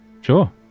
Sure